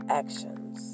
actions